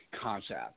concept